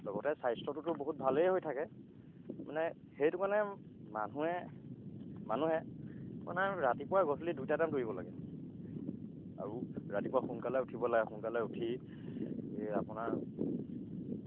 লগতে স্বাস্থ্যটোতো বহুত ভালেই হৈ থাকে মানে সেইটো কাৰণে মানুহে মানুহে মানে ৰাতিপুৱা গধূলি দুইটা টাইম দৌৰিব লাগে আৰু ৰাতিপুৱা সোনকালে উঠিব লাগে সোনকালে উঠি এই আপোনাৰ